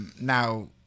Now